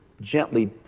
gently